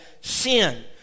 sin